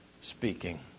speaking